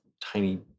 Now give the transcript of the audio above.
tiny